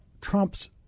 Trump's